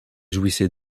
jouissait